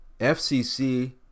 FCC